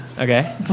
Okay